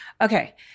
Okay